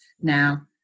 Now